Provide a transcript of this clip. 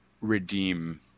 redeem